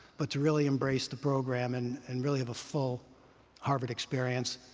but to really embrace the program and and really have a full harvard experience.